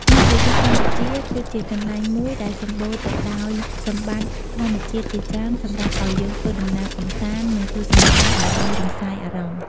នៅប្រទេសកម្ពុជាគឺជា កន្លែងមួយដែលសម្បូរទៅដោយសម្បិត្តិធម្មជាតិជាច្រើនសម្រាប់ឲ្យយើងធ្វើដំណើរកម្សាន្ត និងទស្សនាដើម្បីរំសាយអារម្មណ៍។